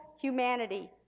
humanity